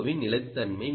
ஓவின் நிலைத்தன்மை